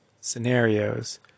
scenarios